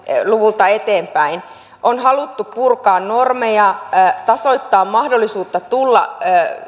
luvulta eteenpäin on haluttu purkaa normeja ja tasoittaa mahdollisuutta tulla